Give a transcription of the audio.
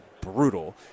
brutal